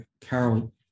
Carol